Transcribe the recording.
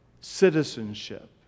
citizenship